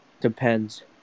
Depends